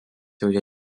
joje